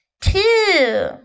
two